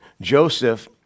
Joseph